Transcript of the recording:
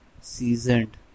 Seasoned